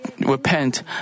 repent